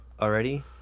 already